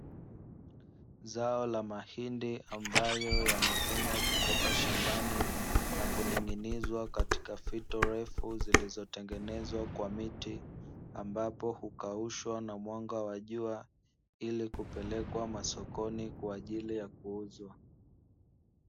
Zao la mahindi ambayo yamevunwa kutoka shambani na kuning'inizwa katika fito refu zilizotengenezwa kwa miti, ambapo hukaushwa na mwanga wa jua ili kupelekwa masokoni kwa ajili ya kuuzwa.